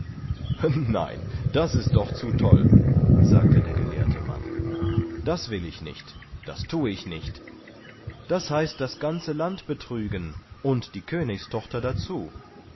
nein das ist doch zu toll sagte der gelehrte mann das will ich nicht das thue ich nicht das heißt das ganze land betrügen und die königstochter dazu